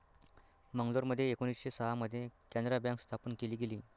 मंगलोरमध्ये एकोणीसशे सहा मध्ये कॅनारा बँक स्थापन केली गेली